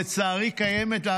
שלצערי קיימת,